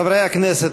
חברי הכנסת,